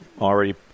already